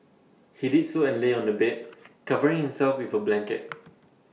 he did so and lay on the bed covering himself with A blanket